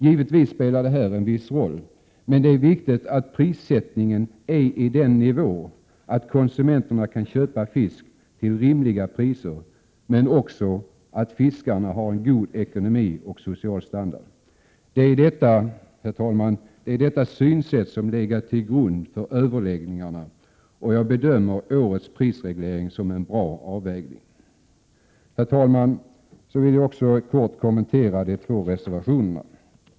Givetvis spelar den en viss roll, men det är viktigt att priserna ligger på en sådan nivå att konsumenterna kan köpa fisk till rimliga priser men också att fiskarna får en god ekonomi och social standard. Herr talman! Detta synsätt har legat till grund för överläggningarna. Jag bedömer årets prisreglering som en bra avvägning. Herr talman! Så vill jag kort kommentera de två reservationerna.